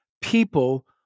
people